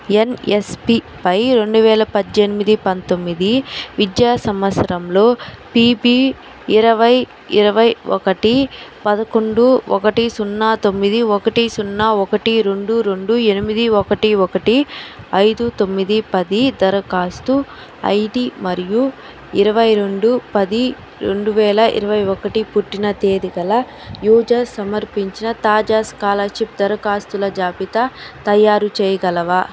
ఎన్ఎస్పీపై రెండు వేల పద్దెనిమిది రెండు వేల పంతొమ్మిది విద్యా సంవత్సరంలో పిబి ఇరవై ఇరవై ఒకటి పదకొండు ఒకటి సున్నా తొమ్మిది ఒకటి సున్నా ఒకటి రెండు రెండు ఎనిమిది ఒకటి ఒకటి ఐదు తొమ్మిది పది దరఖాస్తు ఐడి మరియు ఇరవై రెండు పది రెండు వేల ఇరవై ఒకటి పుట్టిన తేది గల యూజర్ సమర్పించిన తాజా స్కాలర్షిప్ దరఖాస్తుల జాబితా తయారుచేయగలవా